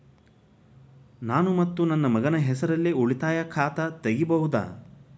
ನಾನು ಮತ್ತು ನನ್ನ ಮಗನ ಹೆಸರಲ್ಲೇ ಉಳಿತಾಯ ಖಾತ ತೆಗಿಬಹುದ?